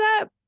up